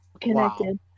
Connected